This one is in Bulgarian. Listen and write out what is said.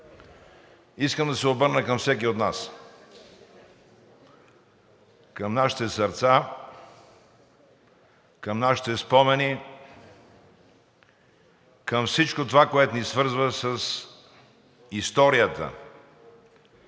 Искам да се обърна към всеки от нас, към нашите сърца, към нашите спомени, към всичко това, което ни свързва с историята,